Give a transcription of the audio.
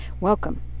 Welcome